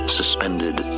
suspended